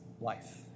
life